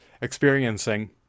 experiencing